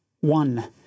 one